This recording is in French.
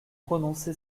prononcé